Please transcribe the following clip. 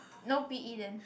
no p_e then